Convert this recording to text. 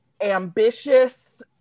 ambitious